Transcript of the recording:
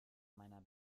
meiner